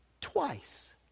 Twice